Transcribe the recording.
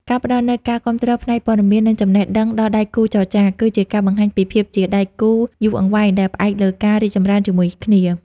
ការផ្តល់នូវការគាំទ្រផ្នែកព័ត៌មាន និងចំណេះដឹងដល់ដៃគូចរចា គឺជាការបង្ហាញពីភាពជាដៃគូយូរអង្វែងដែលផ្អែកលើការរីកចម្រើនជាមួយគ្នា។